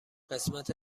قسمت